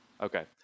Okay